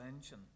engine